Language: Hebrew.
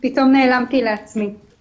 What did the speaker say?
לא הייתי סומכת על זה שנשפוך אותם בחזרה